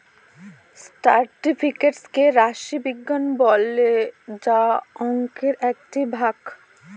statistics কে রাশি বিজ্ঞান বলে যা অংকের একটি ভাগ